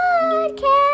Podcast